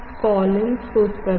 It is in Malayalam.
കോളിൻസ് പുസ്തകം